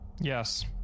Yes